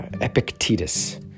Epictetus